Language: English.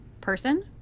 person